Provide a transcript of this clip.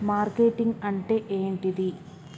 Marketing అంటే ఏంటిది?